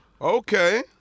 Okay